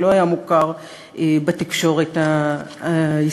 שלא היה מוכר בתקשורת הישראלית,